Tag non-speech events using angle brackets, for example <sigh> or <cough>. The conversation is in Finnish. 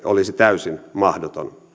<unintelligible> olisi täysin mahdoton